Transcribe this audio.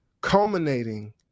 culminating